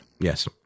Yes